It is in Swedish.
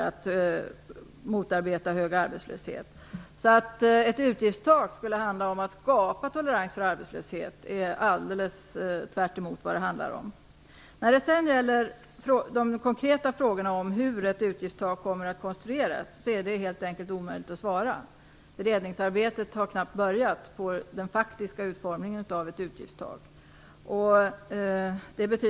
Att ett utgiftstak skulle skapa tolerans för arbetslöshet är alldeles tvärt emot vad det handlar om. De konkreta frågorna om hur ett utgiftstak kommer att konstrueras är helt enkelt omöjliga att besvara. Beredningsarbetet med den faktiska utformningen av ett utgiftstak har knappt börjat.